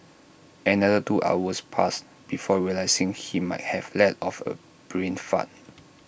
another two hours passed before realising he might have let off A brain fart